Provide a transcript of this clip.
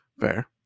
Fair